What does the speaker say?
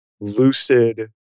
lucid